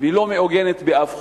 והיא לא מעוגנת באף חוק.